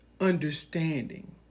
understanding